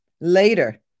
later